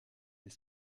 est